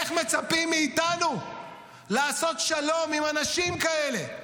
איך מצפים מאיתנו לעשות שלום עם אנשים כאלה,